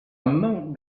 monk